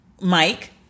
Mike